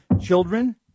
Children